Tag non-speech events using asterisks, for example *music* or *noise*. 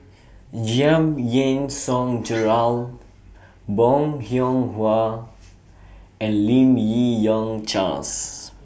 Giam Yean Song *noise* Gerald Bong Hiong Hwa and Lim Yi Yong Charles